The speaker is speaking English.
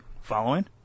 Following